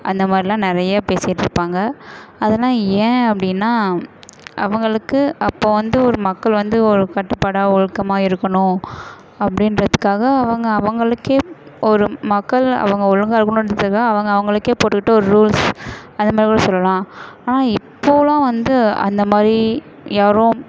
அந்த மாதிரிலாம் நிறைய பேசிகிட்ருப்பாங்க அதலாம் ஏன் அப்படினா அவர்களுக்கு அப்போ வந்து ஒரு மக்கள் வந்து ஒரு கட்டுப்பாடாக ஒழுக்கமா இருக்கணும் அப்படின்றதுக்காக அவங்க அவர்களுக்கே ஒரு மக்கள் அவங்க ஒழுங்கா இருக்கணுகிறதுக்காக அவங்க அவர்களுக்கே போட்டுக்கிட்ட ஒரு ரூல்ஸ் அது மாதிரி கூட சொல்லலாம் ஆனால் இப்போவெலாம் வந்து அந்த மாதிரி யாரும்